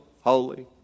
Holy